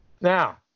Now